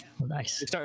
Nice